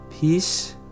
Peace